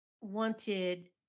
wanted